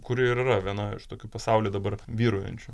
kuri ir yra viena iš tokių pasauly dabar vyraujančių